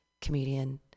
comedian